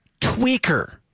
tweaker